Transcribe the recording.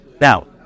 Now